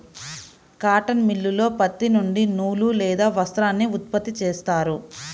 cotton మిల్లులో పత్తి నుండి నూలు లేదా వస్త్రాన్ని ఉత్పత్తి చేస్తారు